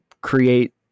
create